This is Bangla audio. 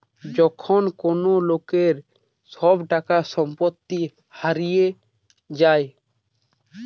যখন কোন লোকের সব টাকা সম্পত্তি হারিয়ে যায়